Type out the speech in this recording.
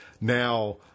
now